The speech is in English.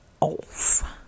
off